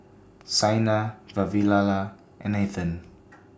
Saina Vavilala and Nathan